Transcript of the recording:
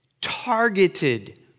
targeted